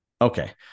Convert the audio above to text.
Okay